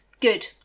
good